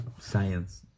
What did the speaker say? science